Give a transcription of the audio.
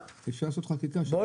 אפשר לעשות חקיקה לעונש מינימום.